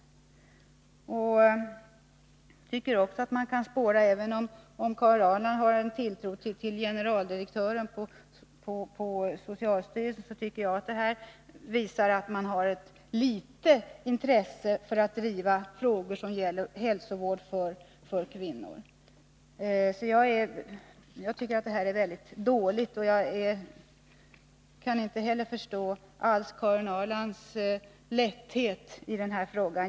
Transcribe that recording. Även om Karin Ahrland har en tilltro till generaldirektören på socialstyrelsen, så tycker jag att man kan spåra ett ringa intresse för att driva frågor som gäller hälsovård för kvinnor. Jag tycker att det här är väldigt dåligt, och jag kan inte förstå Karin Ahrlands ”lätthet” i den här frågan.